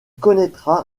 connaîtra